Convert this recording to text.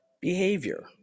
behavior